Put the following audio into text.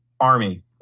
army